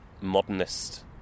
modernist